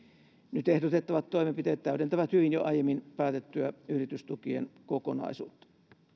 nyt ehdotettavat toimenpiteet täydentävät hyvin jo aiemmin päätettyä yritystukien kokonaisuutta